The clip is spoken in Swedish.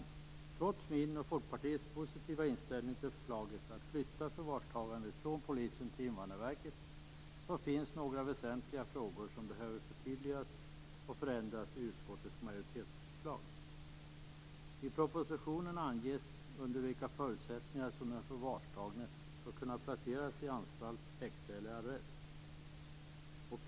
Trots min och Folkpartiets positiva inställning till förslaget om att flytta förvarstagandet från Polisen till Invandrarverket finns några väsentliga frågor som behöver förtydligas och förändras i utskottets majoritetsförslag. I propositionen anges under vilka förutsättningar den förvarstagne skall kunna placeras på anstalt, i häkte eller arrest.